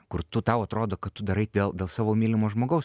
kur tu tau atrodo kad tu darai dėl dėl savo mylimo žmogaus